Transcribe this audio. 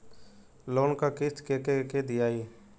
Loan क किस्त के के दियाई?